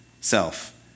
self